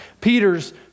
Peter's